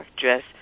dress